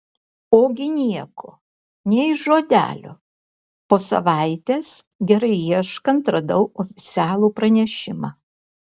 ogi nieko nei žodelio po savaitės gerai ieškant radau oficialų pranešimą